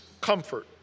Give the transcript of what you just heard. comfort